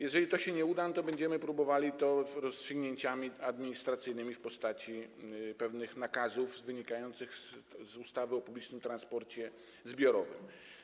Jeżeli to się nie uda, to będziemy próbowali to rozstrzygnąć administracyjnie w postaci pewnych nakazów wynikających z ustawy o publicznym transporcie zbiorowym.